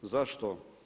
Zašto?